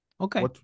Okay